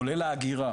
כולל האגירה,